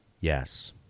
yes